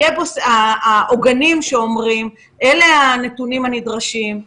לפחות שיהיו בו העוגנים שאומרים: אלה הנתונים הנדרשים,